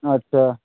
আচ্ছা